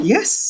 Yes